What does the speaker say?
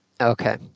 Okay